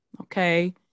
Okay